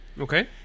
okay